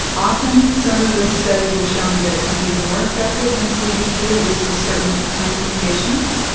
often some of the studies are showing that it could be more effective than cbt at least with certain kinds of patients.